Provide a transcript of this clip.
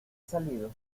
salido